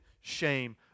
shame